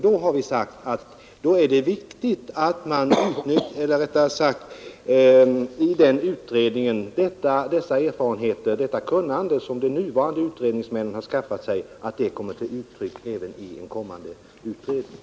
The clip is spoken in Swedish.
Det är i detta sammanhang vi sagt att det är viktigt att de erfarenheter och det kunnande som den nuvarande utredningen skaffat sig också kommer till användning även i en kommande utredning.